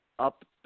Up